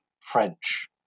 French